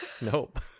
Nope